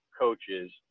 coaches